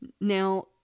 Now